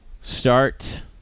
start